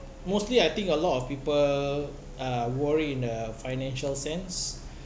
mostly I think a lot of people uh worry in a financial sense